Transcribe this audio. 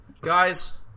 guys